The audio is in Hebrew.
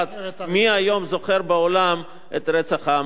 מי היום זוכר בעולם את רצח העם הארמני?